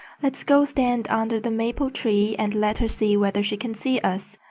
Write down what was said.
let's go stand under the maple tree and let her see whether she can see us.